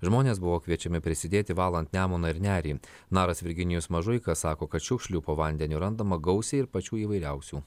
žmonės buvo kviečiami prisidėti valant nemuną ir nerį naras virginijus mažuika sako kad šiukšlių po vandeniu randama gausiai ir pačių įvairiausių